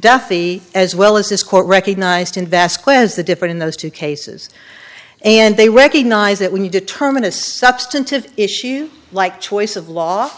duffy as well as this court recognized invest ques the different in those two cases and they recognize that when you determine a substantive issue like choice of law